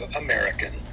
American